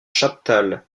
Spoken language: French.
chaptal